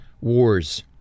wars